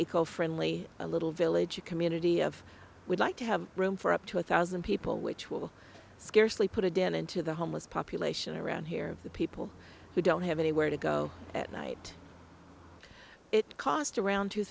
eco friendly a little village a community of would like to have room for up to a thousand people which will scarcely put a dent into the homeless population around here of the people who don't have anywhere to go at night it cost around two